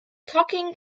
talking